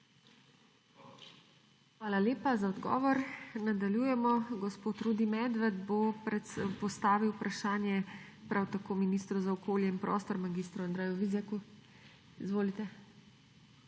Hvala lepa za odgovor. Nadaljujemo. Gospod Rudi Medved bo postavil vprašanje prav tako ministru za okolje in prostor mag. Andreju Vizjaku. Izvolite.